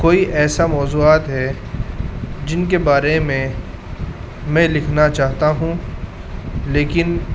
کوئی ایسا موضوعات ہے جن کے بارے میں میں لکھنا چاہتا ہوں لیکن